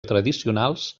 tradicionals